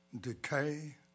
decay